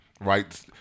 Right